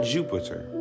Jupiter